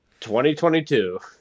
2022